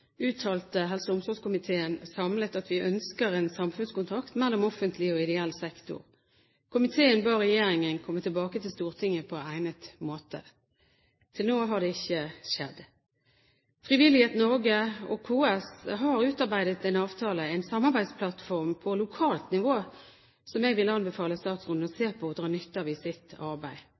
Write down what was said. uttalte helse- og omsorgskomiteen samlet at vi ønsker en samfunnskontrakt mellom offentlig og ideell sektor. Komiteen ba regjeringen komme tilbake til Stortinget på egnet måte. Til nå har det ikke skjedd. Frivillighet Norge og KS har utarbeidet en avtale, en samarbeidsplattform på lokalt nivå, som jeg vil anbefale statsråden å se på og dra nytte av i sitt arbeid.